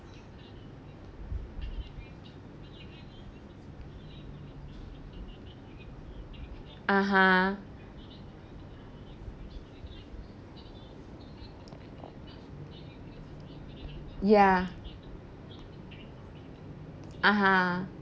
(uh huh) ya (uh huh)